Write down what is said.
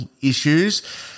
issues